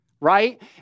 right